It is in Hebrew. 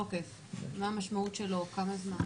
מה המשמעות שלו, כמה זמן?